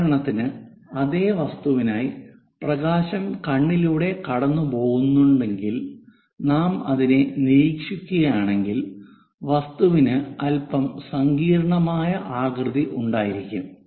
ഉദാഹരണത്തിന് അതേ വസ്തുവിനായി പ്രകാശം കണ്ണിലൂടെ കടന്നുപോകുന്നുണ്ടെങ്കിൽ നാം അതിനെ നിരീക്ഷിക്കുകയാണെങ്കിൽ വസ്തുവിന് അല്പം സങ്കീർണ്ണമായ ആകൃതി ഉണ്ടായിരിക്കാം